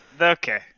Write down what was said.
Okay